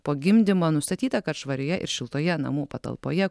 po gimdymo nustatyta kad švarioje ir šiltoje namų patalpoje